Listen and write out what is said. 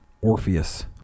Orpheus